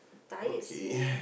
tired seh